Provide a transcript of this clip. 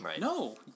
No